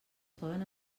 poden